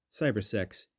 cybersex